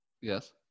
Yes